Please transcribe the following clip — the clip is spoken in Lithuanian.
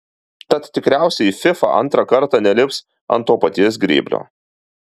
tad tikriausiai fifa antrą kartą nelips ant to paties grėblio